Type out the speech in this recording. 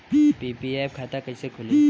PPF खाता कैसे खुली?